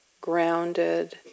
grounded